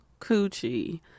coochie